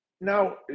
now